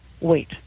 wait